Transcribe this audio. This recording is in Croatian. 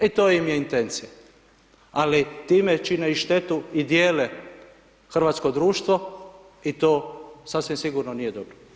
E to im je intencija, ali time čine i štetu i dijele hrvatsko društvo i to sasvim sigurno nije dobro.